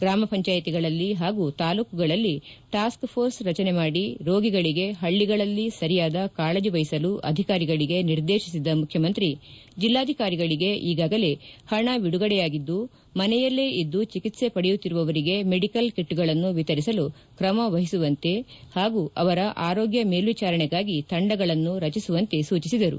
ಗ್ರಾಮ ಪಂಚಾಯಿತಿಗಳಲ್ಲಿ ಹಾಗೂ ತಾಲ್ಲೂಕುಗಳಲ್ಲಿ ಟಾಸ್ಕ್ ಪೋರ್ಸ್ ರಚನೆ ಮಾಡಿ ರೋಗಿಗಳಿಗೆ ಹಳ್ಳಗಳಲ್ಲಿ ಸರಿಯಾದ ಕಾಳಜಿ ವಹಿಸಲು ಅಧಿಕಾರಿಗಳಗೆ ನಿರ್ದೇತಿಸಿದ ಮುಖ್ಯಮಂತ್ರಿ ಜಿಲ್ಲಾಧಿಕಾರಿಗಳಗೆ ಈಗಾಗಲೇ ಹಣ ಬಿಡುಗಡೆ ಆಗಿದ್ದು ಮನೆಯಲ್ಲೇ ಇದ್ದು ಚಿಕಿತ್ಸೆ ಪಡೆಯುತ್ತಿರುವವರಿಗೆ ಮೆಡಿಕಲ್ ಕಿಟ್ಗಳನ್ನು ವಿತರಿಸಲು ತ್ರಮ ವಹಿಸುವಂತೆ ಹಾಗೂ ಅವರ ಆರೋಗ್ಯ ಮೇಲ್ಲಿಚಾರಣೆಗಾಗಿ ತಂಡಗಳನ್ನು ರಚಿಸುವಂತೆ ಸೂಚಿಸಿದರು